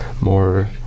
more